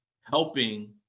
helping